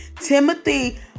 Timothy